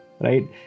right